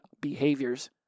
behaviors